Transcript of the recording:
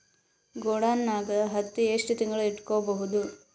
ಗೊಡಾನ ನಾಗ್ ಹತ್ತಿ ಎಷ್ಟು ತಿಂಗಳ ಇಟ್ಕೊ ಬಹುದು?